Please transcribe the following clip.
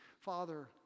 Father